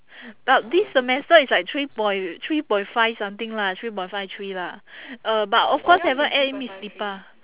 but this semester is like three point three point five something lah three point five three lah uh but of course haven't add in miss dipa